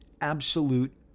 absolute